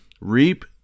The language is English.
reap